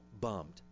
bummed